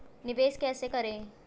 निवेश कैसे करें?